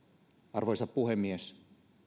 arvoisa puhemies